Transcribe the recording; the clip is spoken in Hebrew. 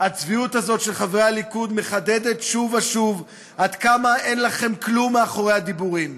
של חברי הליכוד מחדדת שוב ושוב עד כמה אין לכם כלום מאחורי הדיבורים.